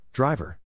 Driver